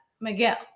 Miguel